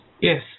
Yes